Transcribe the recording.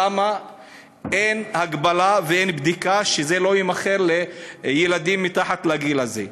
למה אין הגבלה ואין בדיקה שזה לא יימכר לילדים מתחת לגיל הזה?